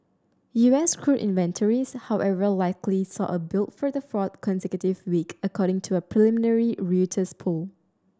U S crude inventories however likely saw a build for the fourth consecutive week according to a preliminary Reuters poll